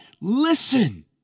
listen